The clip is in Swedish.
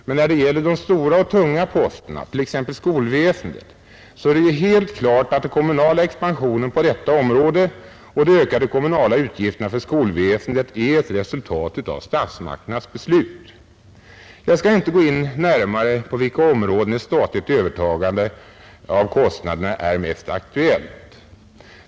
Men när det gäller de stora och tunga posterna, t.ex. skolväsendet, är det helt klart att den kommunala expansionen på detta område och de ökade kommunala utgifterna för skolväsendet är ett resultat av statsmakternas beslut. Jag skall inte gå in närmare på inom vilka områden ett statligt övertagande av kommunernas kostnader är mest aktuellt.